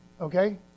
okay